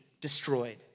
destroyed